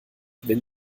wenn